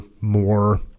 more